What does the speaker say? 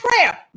prayer